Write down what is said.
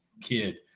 kid